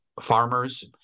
farmers